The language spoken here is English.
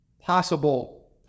possible